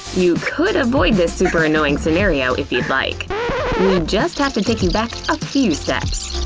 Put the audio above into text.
you could avoid this super annoying scenario if you'd like just have to take you back a few steps.